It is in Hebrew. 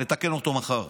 נתקן אותו מחר.